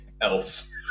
else